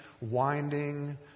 winding